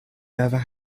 never